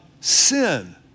sin